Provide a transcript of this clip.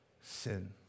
sin